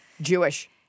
Jewish